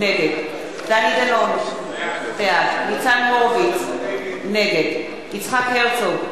נגד דני דנון, בעד ניצן הורוביץ, נגד יצחק הרצוג,